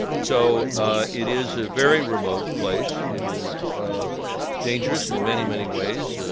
so it is a very remote place. it is dangerous in many, many ways.